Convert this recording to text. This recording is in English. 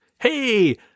Hey